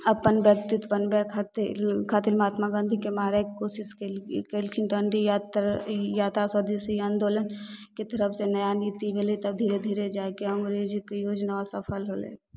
अपन व्यक्तित्व बनबै खातिर खातिर महात्मा गाँधीके मारेके कोशिश कयल कयलखिन डांडी यात्रा ई यात्रा स्वदेशी आंदोलनके तरफ से नया नीति भेलै तब धीरे धीरे जाइके अङ्ग्रेजके योजना असफल होएलै